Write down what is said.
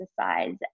exercise